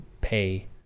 pay